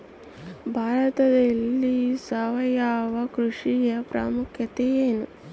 ಭಾರತದಲ್ಲಿ ಸಾವಯವ ಕೃಷಿಯ ಪ್ರಾಮುಖ್ಯತೆ ಎನು?